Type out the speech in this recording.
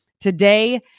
Today